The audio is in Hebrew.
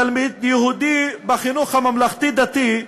תלמיד יהודי בחינוך הממלכתי-דתי,